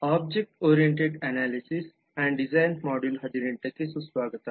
object oriented analysis and ಡಿಸೈನ್ನ module 18ಗೆ ಸುಸ್ವಾಗತ